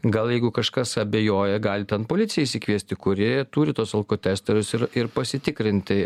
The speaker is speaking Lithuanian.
gal jeigu kažkas abejoja gali ten policiją išsikviesti kuri turi tuos alkotesterius ir ir pasitikrinti